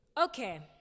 Okay